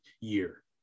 year